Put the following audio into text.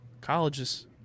colleges